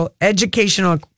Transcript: Educational